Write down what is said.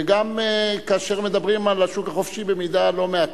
וגם כאשר מדברים על השוק החופשי במידה לא מעטה